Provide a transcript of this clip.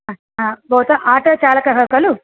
ह ह भवता आट चालकः खलु